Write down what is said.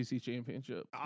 championship